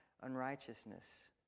unrighteousness